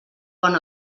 bon